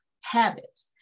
habits